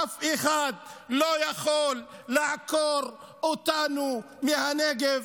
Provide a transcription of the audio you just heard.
אף אחד לא יכול לעקור אותנו מהנגב.